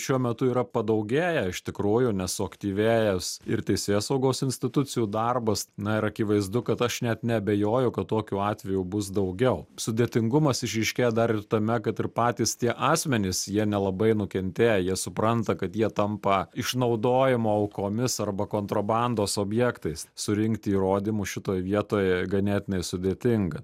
šiuo metu yra padaugėję iš tikrųjų nes suaktyvėjęs ir teisėsaugos institucijų darbas na ir akivaizdu kad aš net neabejoju kad tokių atvejų bus daugiau sudėtingumas išryškėja dar ir tame kad ir patys tie asmenys jie nelabai nukentėję jie supranta kad jie tampa išnaudojimo aukomis arba kontrabandos objektais surinkti įrodymų šitoj vietoj ganėtinai sudėtinga